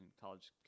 college